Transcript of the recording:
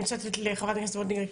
אני רוצה לתת לחברת הכנסת וולדיגר,